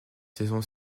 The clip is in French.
saison